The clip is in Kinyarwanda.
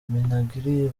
minagri